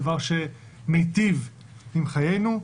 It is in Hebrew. זה דבר שמיטיב עם חיינו,